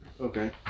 Okay